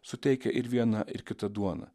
suteikia ir viena ir kita duona